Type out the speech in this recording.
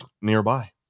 nearby